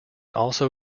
also